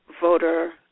voter